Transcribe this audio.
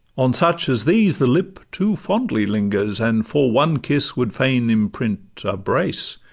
on such as these the lip too fondly lingers, and for one kiss would fain imprint a brace,